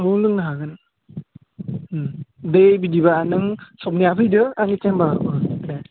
औ लोंनो हागोन दे बिदिबा नों सबनैहा फैदो आंनि चेमबाराव दे